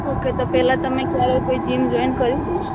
okay તો પહેલાં તમે ક્યારેય કોઈ જિમ જોઇન કર્યું હતું